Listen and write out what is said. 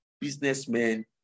businessmen